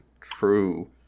true